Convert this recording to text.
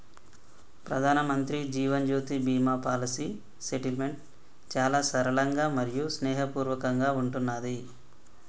ప్రధానమంత్రి Jeevan Jyoti Bima policy settlement చాలా సరళంగా మరియు స్నేహపూర్వకంగా ఉంటున్నాది